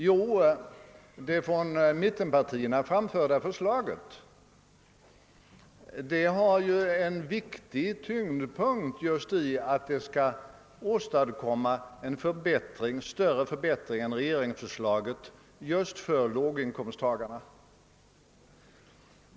Jo, det av mittenpartierna framförda förslaget har en viktig tyngdpunkt just i att det skall åstadkomma en större förbättring än regeringsförslaget just för låginkomsttagarna.